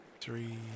three